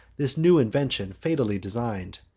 this new invention fatally design'd.